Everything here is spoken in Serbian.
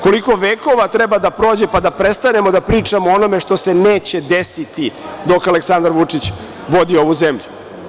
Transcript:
Koliko vekova treba da prođe pa da prestanemo da pričamo o onome što se neće desiti dok Aleksandar Vučić vodi ovu zemlju?